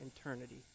eternity